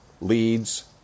leads